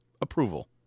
approval